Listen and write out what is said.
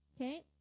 okay